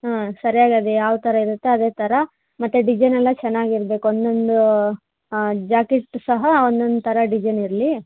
ಹಾಂ ಸರ್ಯಾಗಿ ಅದು ಯಾವ ಥರ ಇರುತ್ತೋ ಅದೇ ಥರ ಮತ್ತು ಡಿಸೈನ್ ಎಲ್ಲ ಚೆನ್ನಾಗಿ ಇರಬೇಕು ಒಂದೊಂದು ಜಾಕೆಟ್ ಸಹ ಒಂದೊಂದು ಥರ ಡಿಸೈನ್ ಇರಲಿ